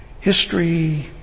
History